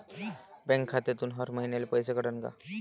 Bank खात्यातून हर महिन्याले पैसे कटन का?